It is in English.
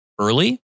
early